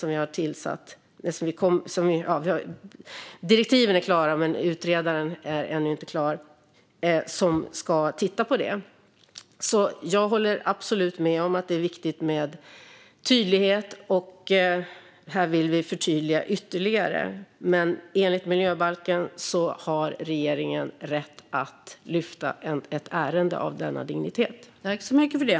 Direktiven till utredningen är klara, men en utredare har ännu inte utsetts. Jag håller absolut med om att det är viktigt med tydlighet. Här vill vi förtydliga ytterligare, och enligt miljöbalken har regeringen rätt att lyfta upp ett ärende av denna dignitet.